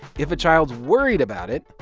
if a child's worried about it,